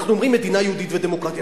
אנחנו אומרים "מדינה יהודית ודמוקרטית".